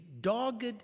dogged